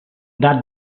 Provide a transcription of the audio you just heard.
that